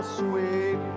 sweet